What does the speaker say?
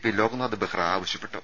P Loknath Behera ആവശ്യപ്പെട്ടു